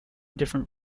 different